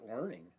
learning